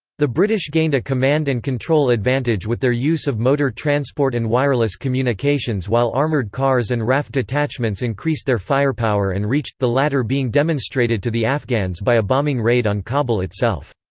the british gained a command and control advantage with their use of motor transport and wireless communications while armoured cars and raf detachments increased their firepower and reach, the latter being demonstrated to the afghans by a bombing raid on kabul itself.